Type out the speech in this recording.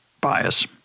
bias